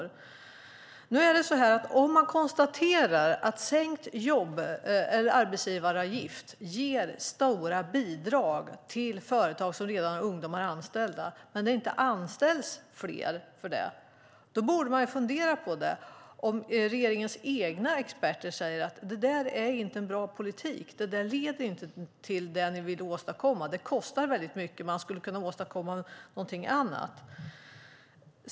Om man konstaterar att sänkt arbetsgivaravgift ger stora bidrag till företag som redan har ungdomar anställda men att det ändå inte anställs fler borde man fundera på det - och om regeringens egna experter säger att det inte är en bra politik eftersom den inte leder till det ni vill åstadkomma. Det kostar väldigt mycket, och man skulle kunna åstadkomma någonting annat.